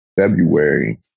February